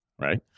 right